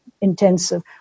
intensive